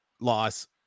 loss